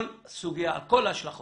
כל הסוגיה על כל השלכותיה